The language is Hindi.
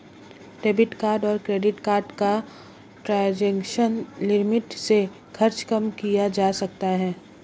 डेबिट कार्ड और क्रेडिट कार्ड का ट्रांज़ैक्शन लिमिट से खर्च कम किया जा सकता है